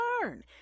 learn